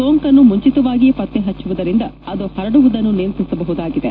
ಸೋಂಕನ್ನು ಮುಂಚಿತವಾಗಿಯೇ ಪತ್ತೆಹಚ್ಚುವುದರಿಂದ ಅದು ಹರಡುವುದನ್ನು ನಿಯಂತ್ರಿಸಬಹುದಾಗಿದೆ